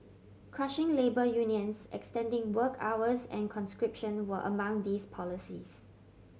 crushing labour unions extending work hours and conscription were among these policies